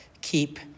keep